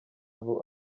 aho